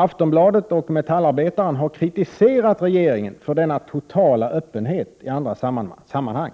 Aftonbladet och Metallarbetaren har kritiserat regeringen för denna totala öppenhet i andra sammanhang.